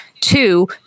Two